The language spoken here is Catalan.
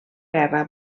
guerra